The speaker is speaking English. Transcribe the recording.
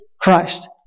Christ